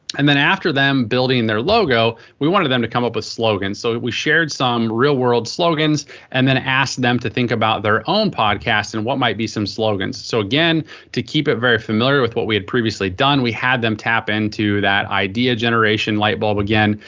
and then after them building their logo, we wanted them to come up with slogans. so we shared some real-world slogans and then asked them to think about their own podcasts and what might be some slogans. so again to keep it very familiar with what we had previously done, we had them tap into that idea generation light bulb again.